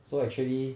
so actually